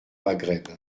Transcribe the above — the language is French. maghreb